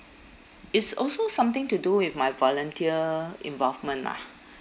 is also something to do with my volunteer involvement lah